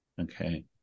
okay